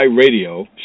Radio